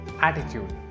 attitude